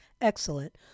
excellent